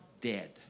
dead